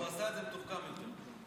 הוא עשה את זה מתוחכם יותר.